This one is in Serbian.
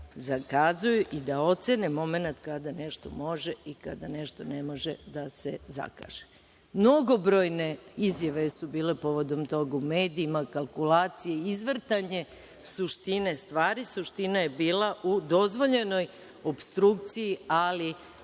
zakazuju i da ocene momenat kada nešto može i kada nešto ne može da se zakaže. Mnogobrojne izjave su bile povodom toga u medijima, kalkulacije, izvrtanje suštine stvari. Suština je bila u dozvoljenoj opstrukciji, ali